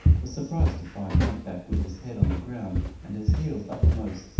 was surprised to find hump-back with his head on the ground, and his heels uppermost,